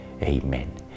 Amen